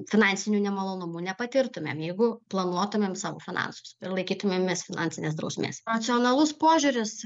finansinių nemalonumų nepatirtumėm jeigu planuotumėm savo finansus ir laikytumėmės finansinės drausmės racionalus požiūris